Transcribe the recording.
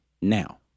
Now